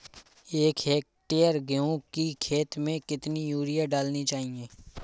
एक हेक्टेयर गेहूँ की खेत में कितनी यूरिया डालनी चाहिए?